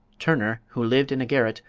turner, who lived in a garret,